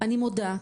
אני מודה,